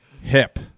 hip